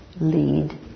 lead